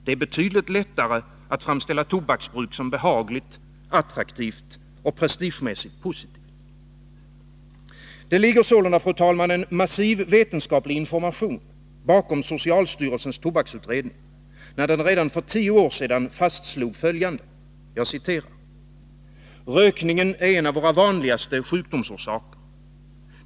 Det är betydligt lättare att framställa tobaksbruk som behagligt, attraktivt och prestigemässigt positivt. Det ligger sålunda, fru talman, en massiv vetenskaplig information bakom socialstyrelsens tobaksutredning, när den redan för tio år sedan fastslog följande: ”Rökningen är en av våra vanligaste sjukdomsorsaker.